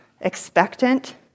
expectant